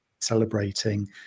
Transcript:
celebrating